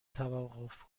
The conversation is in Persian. توقف